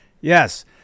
yes